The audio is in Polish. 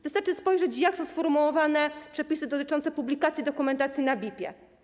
Wystarczy spojrzeć, jak są sformułowane przepisy dotyczące publikacji dokumentacji w BIP-ie.